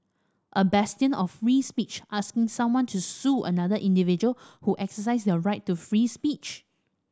a bastion of free speech asking someone to sue another individual who exercised their right to free speech